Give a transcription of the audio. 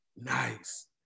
Nice